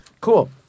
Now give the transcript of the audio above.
Cool